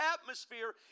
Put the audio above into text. atmosphere